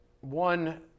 one